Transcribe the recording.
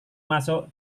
masuk